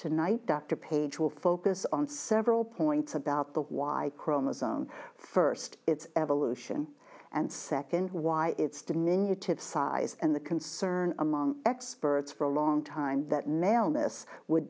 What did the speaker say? tonight dr paige will focus on several points about the y chromosome first it's evolution and second why it's diminutive size and the concern among experts for a long time that male miss would